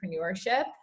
entrepreneurship